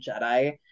Jedi